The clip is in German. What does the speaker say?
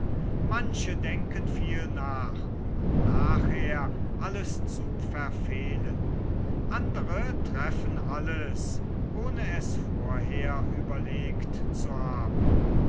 manche denken viel nach um nachher alles zu verfehlen andre treffen alles ohne es vorher überlegt zu haben